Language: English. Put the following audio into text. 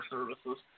Services